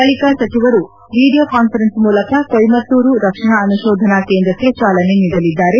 ಬಳಿಕ ಸಚಿವರು video conference ಮೂಲಕ ಕೊಯಮತ್ತೂರು ರಕ್ಷಣಾ ಅನುಶೋಧನಾ ಕೇಂದ್ರಕ್ಕೆ ಚಾಲನೆ ನೀಡಲಿದ್ದಾರೆ